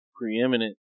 preeminent